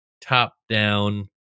top-down